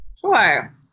Sure